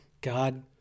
God